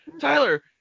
Tyler